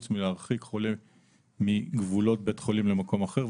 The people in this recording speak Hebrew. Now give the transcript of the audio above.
חוץ מלהרחיק חולה מגבולות בית החולים למקום אחר,